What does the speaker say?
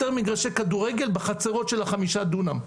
יותר מגרשי כדורגל בחצרות של החמישה דונם.